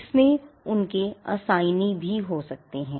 इसमें उनके असाईनी भी हो सकते है